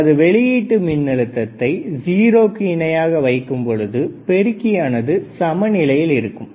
நமது வெளியீட்டு மின்னழுத்தத்தை 0 க்கு இணையாக வைக்கும் பொழுது பெருக்கியானது சமநிலையில் இருக்கிறது